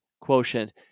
quotient